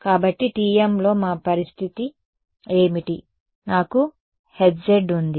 కాబట్టి TM లో మా పరిస్థితి ఏమిటి నాకు H z ఉంది